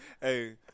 hey